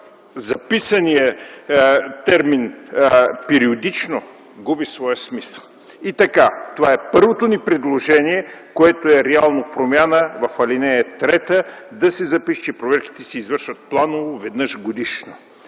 записаният термин „периодично” губи своя смисъл. Това е първото ни предложение, което е за реална промяна в ал. 3 – да се запише, че проверката се извършва планово веднъж годишно.